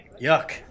Yuck